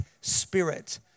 spirit